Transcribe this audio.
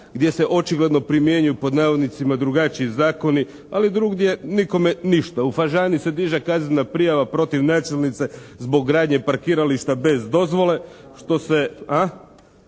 gdje se očigledno primjenjuju "drugačiji zakoni" ali drugdje nikome ništa. U Fažani se diže kaznena prijava protiv načelnice zbog gradnje parkirališta bez dozvole što se.